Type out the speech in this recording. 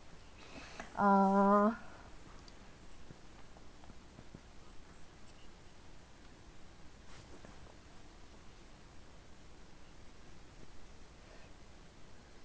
uh